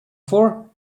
for